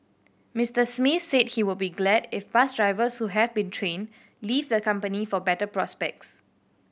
Mister Smith said he would be glad if bus drivers who have been trained leave the company for better prospects